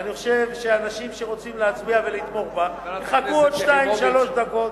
ואני חושב שאנשים שרוצים להצביע ולתמוך יחכו עוד שתיים-שלוש דקות.